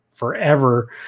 forever